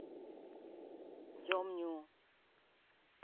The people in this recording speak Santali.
ᱡᱚᱢ ᱧᱩ